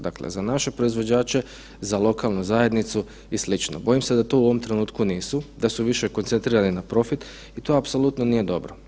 Dakle, za naše proizvođače, za lokalnu zajednicu i sl., bojim se da to u ovom trenutku nisu, da su više koncentrirani na profit i to apsolutno nije dobro.